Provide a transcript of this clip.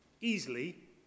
easily